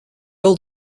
old